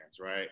Right